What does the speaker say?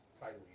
title